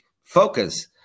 focus